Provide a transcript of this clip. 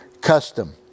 custom